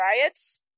riots